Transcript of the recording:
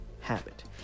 habit